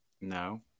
No